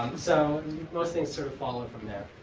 so most things sort of follow from there.